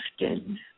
often